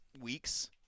weeks